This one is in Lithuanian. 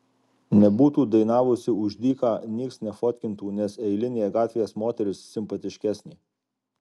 nebūtų dainavusi už dyką nieks nefotkintų nes eilinė gatvės moteris simpatiškesnė